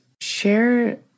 share